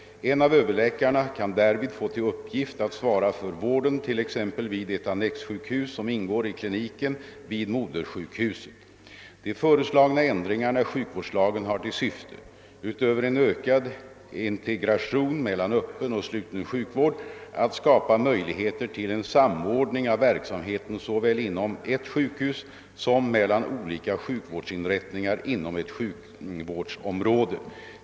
En av överläkarna kan därvid få till uppgift att svara för vården t.ex. vid ett annexsjukhus som ingår i kliniken vid modersjukhuset. De föreslagna ändringarna i sjukvårdslagen har till syfte — utöver en ökad integration mellan öppen och sluten sjukvård — att skapa möjligheter till en samordning av verksamheten såväl inom ett sjukhus som mellan olika sjukvårdsinrättningar inom ett sjukvårdsområde.